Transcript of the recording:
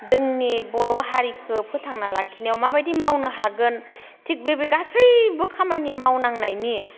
जोंनि बर' हारिखो फोथांना लाखिनायाव माबायदि मावनो हागोन थिग बेबायदि गासैबो खामानि मावनांनायनि